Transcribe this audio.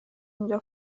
اینجا